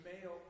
male